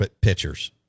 pitchers